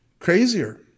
Crazier